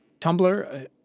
Tumblr